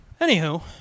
Anywho